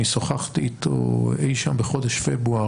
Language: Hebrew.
אני שוחחתי איתו אי שם בחודש פברואר,